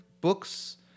books